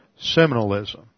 seminalism